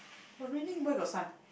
but raining where got sun